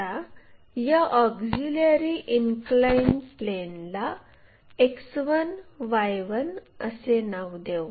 आता या auxiliary incline प्लेनला X1 Y1 असे नाव देऊ